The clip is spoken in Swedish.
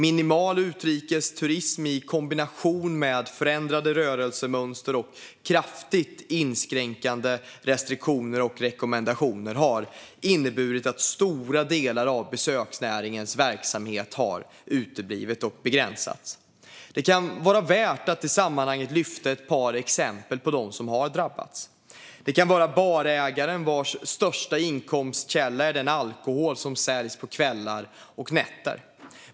Minimal utrikesturism i kombination med förändrade rörelsemönster och kraftigt inskränkande restriktioner och rekommendationer har inneburit att stora delar av besöksnäringens verksamhet begränsats och uteblivit. Det kan vara värt att i sammanhanget lyfta ett par exempel på dem som har drabbats. Det kan vara barägaren vars största inkomstkälla är den alkohol som säljs på kvällar och nätter.